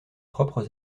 propres